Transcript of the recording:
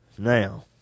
Now